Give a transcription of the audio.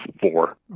four